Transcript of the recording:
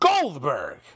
Goldberg